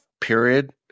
period